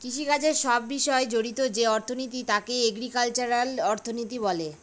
কৃষিকাজের সব বিষয় জড়িত যে অর্থনীতি তাকে এগ্রিকালচারাল অর্থনীতি বলে